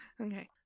Okay